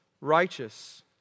Righteous